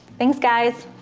thanks guys!